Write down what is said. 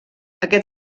aquest